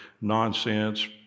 nonsense